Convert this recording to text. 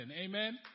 Amen